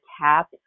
tap